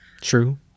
True